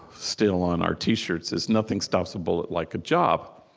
still, on our t-shirts is nothing stops a bullet like a job,